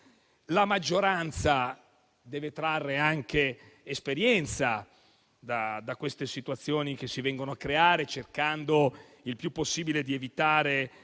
La maggioranza deve anche trarre esperienza da queste situazioni che si vengono a creare, cercando il più possibile di evitare